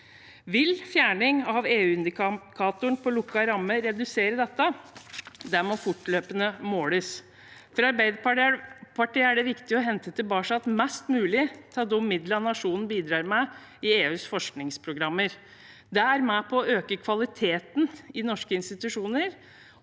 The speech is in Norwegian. Vil fjerning av EU-indikatoren på lukket ramme redusere dette? Det må fortløpende måles. For Arbeiderpartiet er det viktig å hente tilbake mest mulig av de midlene nasjonen bidrar med i EUs forskningsprogrammer. Det er med på å øke kvaliteten i norske institusjoner,